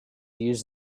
use